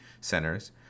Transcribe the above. centers